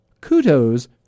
kudos